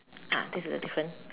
ah this is the difference